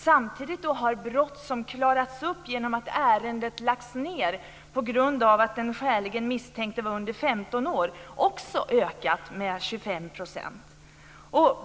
Samtidigt har antalet brott som klarats upp genom att ärendet lagts ned på grund av att den skäligen misstänkte var under 15 år också ökat med 25 %.